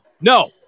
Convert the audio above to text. No